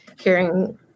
hearing